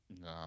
No